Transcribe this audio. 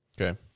Okay